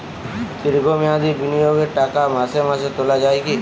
দীর্ঘ মেয়াদি বিনিয়োগের টাকা মাসে মাসে তোলা যায় কি?